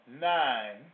nine